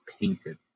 painted